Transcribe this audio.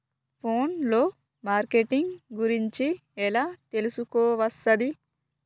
Phone లో marketing గురించి ఎలా తెలుసుకోవస్తది?